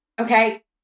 Okay